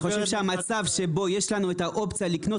אני חושב שהמצב שבו יש לנו את האופציה לקנות